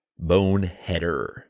boneheader